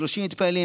30 מתפללים.